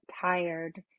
tired